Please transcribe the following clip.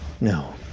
no